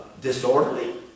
disorderly